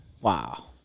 Wow